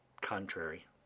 contrary